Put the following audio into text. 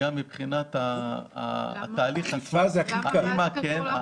וגם מבחינת התהליך עצמו: האימא כן,